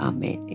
Amen